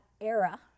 era